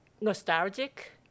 nostalgic